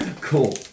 Cool